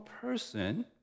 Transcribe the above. person